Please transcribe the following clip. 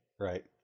Right